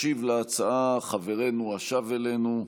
ישיב להצעה חברנו השב אלינו,